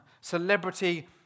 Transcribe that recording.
celebrity